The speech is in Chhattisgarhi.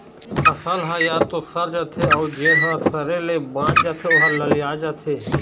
फसल ह य तो सर जाथे अउ जेन ह सरे ले बाच जाथे ओ ह ललिया जाथे